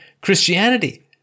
Christianity